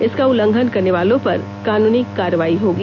इसका उल्लंघन करने वालों पर कानूनी कार्रवाई होगी